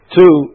two